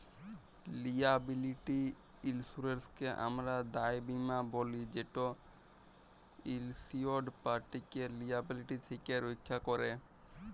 liability ইলসুরেলসকে আমরা দায় বীমা ব্যলি যেট ইলসিওরড পাটিকে লিয়াবিলিটি থ্যাকে রখ্যা ক্যরে